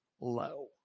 low